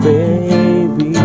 Baby